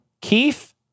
Keith